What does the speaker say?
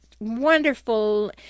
wonderful